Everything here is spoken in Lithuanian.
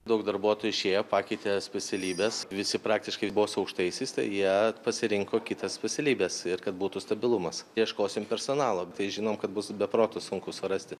daug darbuotojų išėjo pakeitė specialybes visi praktiškai buvo su aukštaisiais tai jie pasirinko kitas specialybes ir kad būtų stabilumas ieškosim personalo tai žinom kad bus be proto sunku surasti